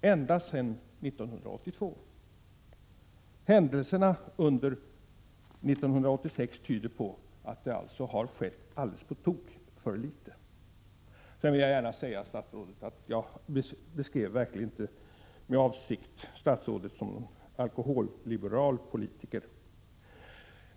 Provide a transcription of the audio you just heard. ända sedan 1982? Händelserna under 1986 tyder på att det har skett alldeles på tok för litet. 21 Det var verkligen inte min avsikt att beskriva statsrådet som en alkoholliberal politiker.